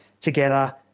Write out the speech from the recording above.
together